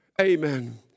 Amen